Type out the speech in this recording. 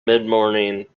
midmorning